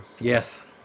Yes